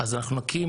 אז אנחנו נקים,